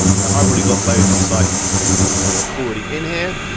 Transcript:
now i've already got loads of sites already in here.